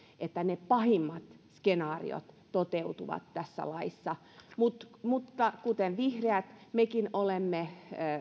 että ne pahimmat skenaariot toteutuvat tässä laissa mutta mutta kuten vihreät mekin olemme